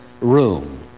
room